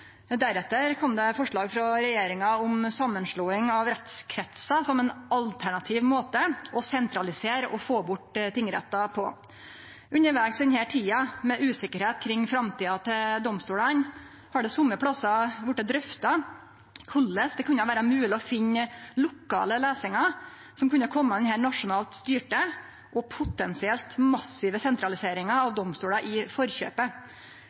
Deretter kom det forslag frå regjeringa om samanslåing av rettskretsar som ein alternativ måte å sentralisere og få bort tingrettar på. Undervegs i denne tida med usikkerheit kring framtida til domstolane har det somme plassar vorte drøfta korleis det kunne vere mogleg å finne lokale løysingar som kunne kome denne nasjonalt styrte og potensielt massive sentraliseringa av domstolar i forkjøpet.